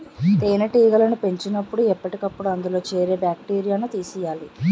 తేనెటీగలను పెంచినపుడు ఎప్పటికప్పుడు అందులో చేరే బాక్టీరియాను తీసియ్యాలి